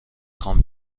خوام